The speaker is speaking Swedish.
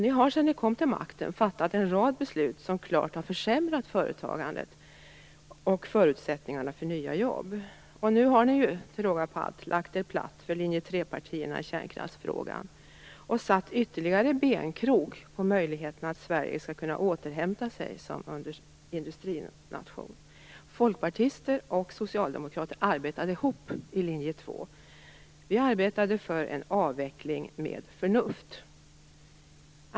Ni har sedan ni kom till makten fattat en rad beslut som klart har försämrat för företagandet och förutsättningarna för nya jobb. Och nu har ni till råga på allt lagt er platt för linje 3-partierna i kärnkraftsfrågan och satt ytterligare krokben när det gäller möjligheterna för Sverige att återhämta sig som industrination. Folkpartister och socialdemokrater arbetade ihop i linje 2. Vi arbetade för en avveckling med förnuft.